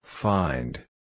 Find